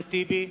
אחמד טיבי,